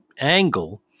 angle